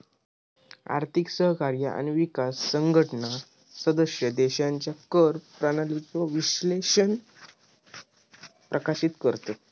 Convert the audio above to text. आर्थिक सहकार्य आणि विकास संघटना सदस्य देशांच्या कर प्रणालीचो विश्लेषण प्रकाशित करतत